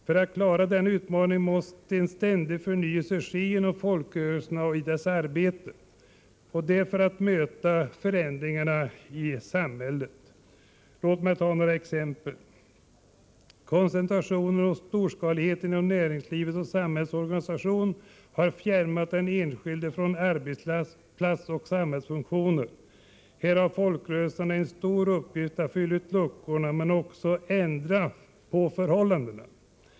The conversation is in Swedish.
För att klara denna utmaning måste en ständig förnyelse ske inom folkrörelserna och i deras arbete för att möta förändringarna i samhället. Låt mig ta ett exempel. Koncentrationen och storskaligheten inom näringslivet och samhällets organisation har fjärmat den enskilde från arbetsplats och samhällsfunktioner. Här har folkrörelserna en stor uppgift att fylla ut luckorna men också att ändra förhållandena.